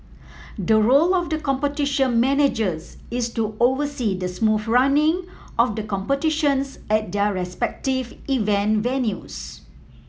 the role of the Competition Managers is to oversee the smooth running of the competitions at their respective event venues